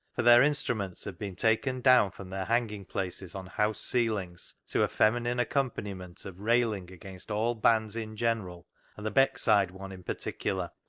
for their instruments had been taken down from their hanging places on house ceilings to a feminine accom paniment of railing against all bands in general and the beckside one in particular.